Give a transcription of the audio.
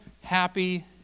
Happy